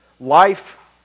life